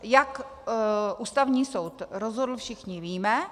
Jak Ústavní soud rozhodl, všichni víme.